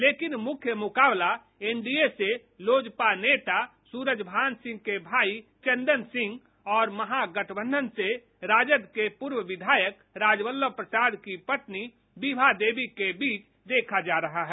लेकिन मुख्य मुकाबला एनडीए से लोजपा नेता सुरजभान सिंह के भाई चंदन सिंह और महागठबंघन से राजद के पूर्व विधायक राजबल्लभ प्रसाद की पत्नी विभा देवी के बीच देखा जा रहा है